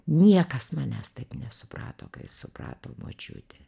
niekas manęs taip nesuprato kai suprato močiutė